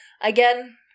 Again